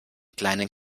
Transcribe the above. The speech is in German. kleinen